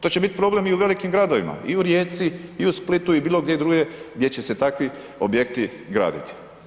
To će biti problem i u velikim gradovima i u Rijeci i u Splitu i bilo gdje drugdje gdje će se takvi objekti graditi.